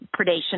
predation